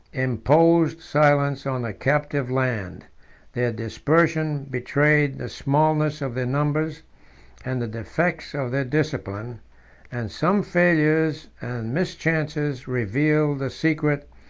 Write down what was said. imposed silence on the captive land their dispersion betrayed the smallness of their numbers and the defects of their discipline and some failures and mischances revealed the secret,